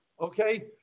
okay